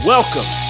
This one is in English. Welcome